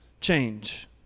change